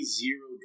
zero